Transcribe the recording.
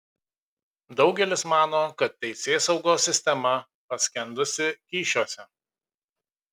daugelis mano kad teisėsaugos sistema paskendusi kyšiuose